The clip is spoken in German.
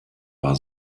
war